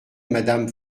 madame